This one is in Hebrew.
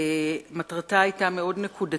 מטרתה היתה מאוד נקודתית.